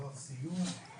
דבר מביא לסיום.